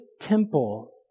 temple